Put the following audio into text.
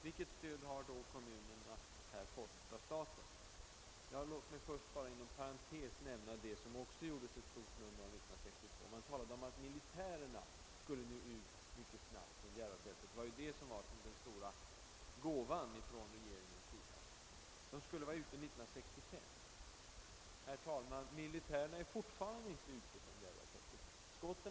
Vilket stöd har då kommunerna fått av staten? Låt mig först inom parentes nämna att man år 1962 gjorde ett stort nummer av att militärerna snabbt skulle bort från Järvafältet — det framställdes som en stor gåva av regeringen. Militärerna skulle vara borta 1965. Men militärerna är fortfarande inte borta.